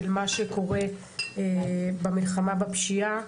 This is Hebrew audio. מה קורה במלחמה בפשיעה.